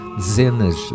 dezenas